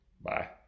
Bye